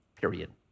period